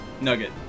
Nugget